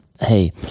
hey